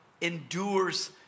endures